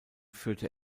führte